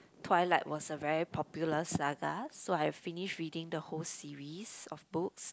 twilight was a very popular saga so I finished reading the whole series of books